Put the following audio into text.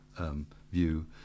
view